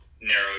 narrow